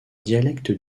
dialecte